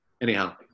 Anyhow